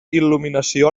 il·luminació